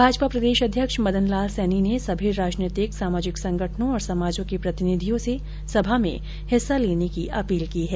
भाजपा प्रदेश अध्यक्ष मदन लाल सैनी ने सभी राजनैतिक सामाजिक संगठनों और समाजों के प्रतिनिधियों से सभा में हिस्सा लेने की अपील की है